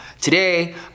Today